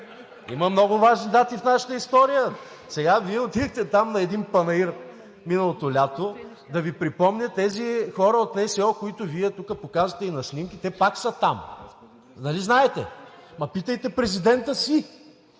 Има много важни дати в нашата история. Вие отивате там на един панаир миналото лято, да Ви припомня за тези хора от НСО, които тук Вие показвате и на снимки – те пак са там, нали знаете? Ама питайте президента си!